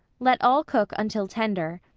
let all cook until tender.